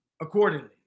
accordingly